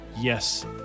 Yes